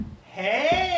Hey